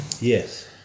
Yes